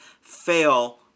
fail